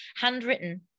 handwritten